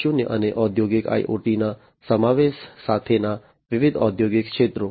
0 અને ઔદ્યોગિક IoTના સમાવેશ સાથેના વિવિધ ઔદ્યોગિક ક્ષેત્રો